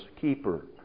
keeper